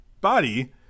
Body